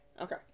Okay